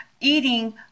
eating